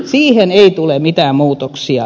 siihen ei tule mitään muutoksia